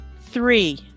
Three